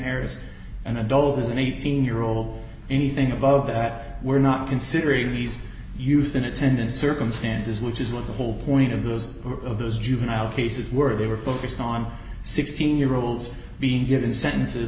areas an adult is an eighteen year old anything above that we're not considering these youth in attendance circumstances which is what the whole point of those are of those juvenile cases were they were focused on sixteen year olds being given sentences